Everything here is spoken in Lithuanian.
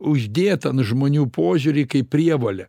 uždėt ant žmonių požiūrį kaip prievolę